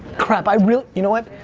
crap, i really. you know what.